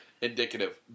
indicative